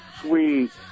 sweet